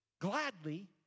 gladly